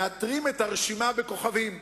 מעטרים את הרשימה בכוכבים.